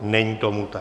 Není tomu tak.